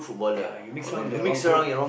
ya you mix around with the wrong group